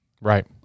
right